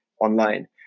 online